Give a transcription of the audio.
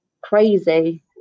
crazy